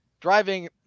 driving